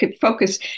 focus